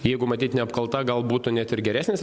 jeigu matyt neapkalta gal būtų net ir geresnis